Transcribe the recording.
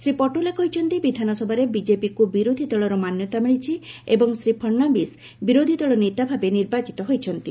ଶ୍ରୀ ପଟୋଲେ କହିଛନ୍ତି ବିଧାନସଭାରେ ବିଜେପିକୁ ବିରୋଧୀ ଦଳର ମାନ୍ୟତା ମିଳିଛି ଏବଂ ଶ୍ରୀ ଫଡ୍ନାଭିସ୍ ବିରୋଧୀଦଳ ନେତାଭାବେ ନିର୍ବାଚିତ ହୋଇଛନ୍ତି